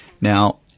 Now